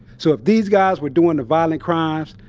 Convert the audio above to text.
so, if these guys were doing the violent crimes,